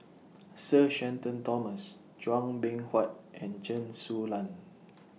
Sir Shenton Thomas Chua Beng Huat and Chen Su Lan